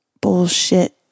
Bullshit